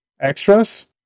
extras